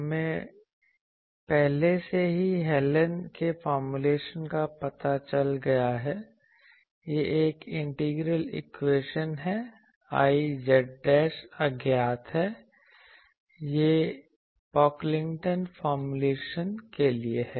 हमें पहले से ही हैलेन के फॉर्मूलेशन का पता चल गया है यह एक इंटीग्रल इक्वेशन हैIz अज्ञात है यह पोकलिंगटन फॉर्मूलेशन के लिए है